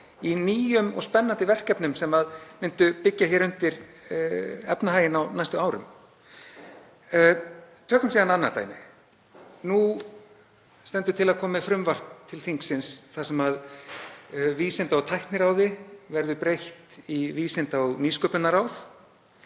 í nýjum og spennandi verkefnum sem myndu byggja undir efnahaginn á næstu árum. Tökum annað dæmi. Nú stendur til að koma með frumvarp til þingsins þar sem Vísinda- og tækniráði verður breytt í Vísinda- og nýsköpunarráð.